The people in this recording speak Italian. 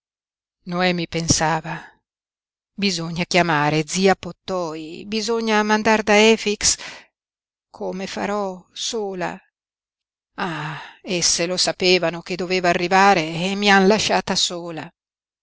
noemi pensava bisogna chiamare zia pottoi bisogna mandar da efix come farò sola ah esse lo sapevano che doveva arrivare e mi han lasciata sola